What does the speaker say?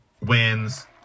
wins